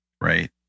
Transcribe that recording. right